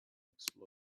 explosion